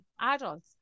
adults